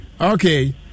Okay